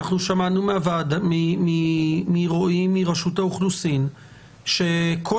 שמענו כרגע מרועי מרשות האוכלוסין שכל